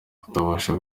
kutabasha